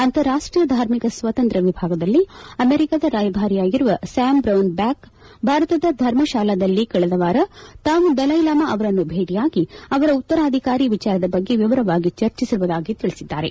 ಅಂತಾರಾಷ್ಟೀಯ ಧಾರ್ಮಿಕ ಸ್ವಾತಂತ್ರ್ಯ ವಿಭಾಗದಲ್ಲಿ ಅಮೆರಿಕದ ರಾಯಭಾರಿಯಾಗಿರುವ ಸ್ಕಾಮ್ ಬ್ರೌನ್ಬ್ಯಾಕ್ ಭಾರತದ ಧರ್ಮಶಾಲಾದಲ್ಲಿ ಕಳೆದ ವಾರ ತಾವು ದಲೈಲಾಮಾ ಅವರನ್ನು ಭೇಟಿಯಾಗಿ ಅವರ ಉತ್ತರಾಧಿಕಾರಿ ವಿಚಾರದ ಬಗ್ಗೆ ವಿವರವಾಗಿ ಚರ್ಚಿಸಿರುವುದಾಗಿ ತಿಳಿಸಿದ್ದಾರೆ